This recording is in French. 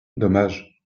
dommage